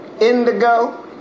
indigo